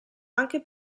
anche